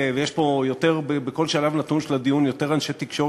ויש פה בכל שלב נתון של הדיון יותר אנשי תקשורת,